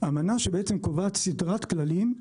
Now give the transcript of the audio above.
אמנה שבעצם קובעת סדרת כללים,